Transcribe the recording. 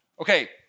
Okay